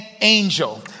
angel